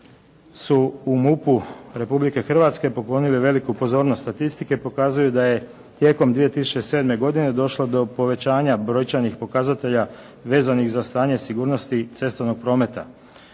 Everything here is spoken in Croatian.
su u MUP-u Republike Hrvatske poklonili veliku pozornost. Statistike pokazuju da je tijekom 2007. godine došlo do povećanja brojčanih pokazatelja vezanih za stanje sigurnosti cestovnog prometa.